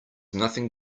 nothing